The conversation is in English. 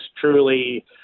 truly